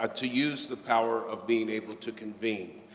ah to use the power of being able to convene.